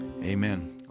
Amen